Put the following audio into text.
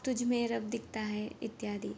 तुज्मे रब्दिक्ता हे इत्यादि